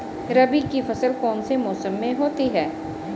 रबी की फसल कौन से मौसम में होती है?